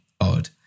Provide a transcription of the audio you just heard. odd